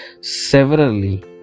severally